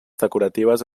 decoratives